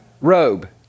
robe